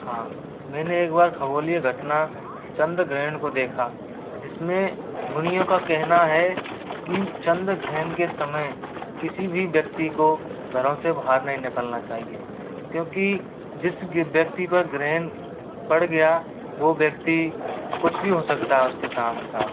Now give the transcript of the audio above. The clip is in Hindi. हाँ मैंने एक बार खगोलीय घटना चंद्रग्रहण को देखा जिसमे मुनियों का कहना है कि चंद्रग्रहण के समय किसी भी व्यक्ति को घरों से बाहर नहीं निकलना चाहिए क्योंकि जिस व्यक्ति पर ग्रहण पड़ गया वह व्यक्ति कुछ भी हो सकता है उसके साथ